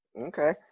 okay